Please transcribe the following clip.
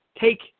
take